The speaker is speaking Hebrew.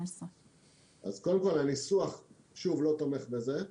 אז קודם כל, הניסוח, שוב, לא תומך בזה.